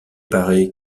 paré